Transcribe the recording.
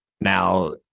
Now